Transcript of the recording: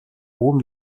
oben